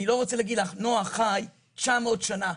נוח חי 900 שנה,